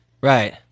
Right